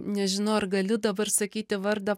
nežinau ar galiu dabar sakyti vardą